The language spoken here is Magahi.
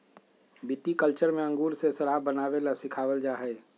विटीकल्चर में अंगूर से शराब बनावे ला सिखावल जाहई